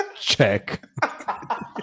Check